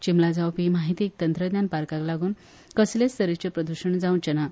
चिंबला जावपी माहिती तंत्रज्ञान पार्काक लागून कसलेच तरेचे प्रद्शण जावचे ना